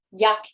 yuck